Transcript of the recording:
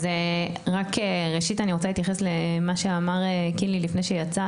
אז רק ראשית אני רוצה להתייחס למה שאמרת פה קינלי לפני שיצא.